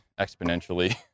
exponentially